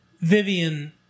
Vivian